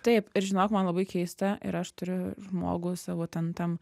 taip ir žinok man labai keista ir aš turiu žmogų savo ten tam